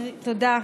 תודה.